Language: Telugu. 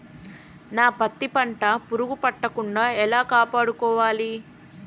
నా పత్తి పంట పురుగు పట్టకుండా ఎలా కాపాడుకోవాలి?